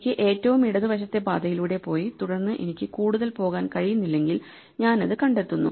എനിക്ക് ഏറ്റവും ഇടത് വശത്തെ പാതയിലൂടെ പോയി തുടർന്ന് എനിക്ക് കൂടുതൽ പോകാൻ കഴിയുന്നില്ലെങ്കിൽ ഞാൻ അത് കണ്ടെത്തുന്നു